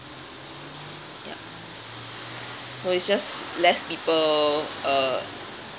ya so it's just less people uh